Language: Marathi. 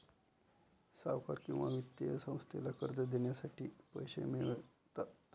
सावकार किंवा वित्तीय संस्थेला कर्ज देण्यासाठी पैसे मिळतात